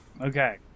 Okay